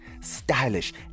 stylish